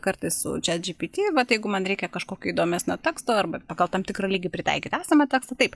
kartais su čiat džipiti vat jeigu man reikia kažkokio įdomesnio teksto arba tam tikrą lygį pritaikyt esamą tekstą taip